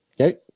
Okay